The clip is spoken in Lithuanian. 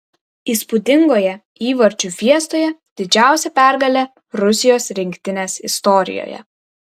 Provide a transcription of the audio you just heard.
įspūdingoje įvarčių fiestoje didžiausia pergalė rusijos rinktinės istorijoje